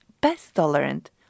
pest-tolerant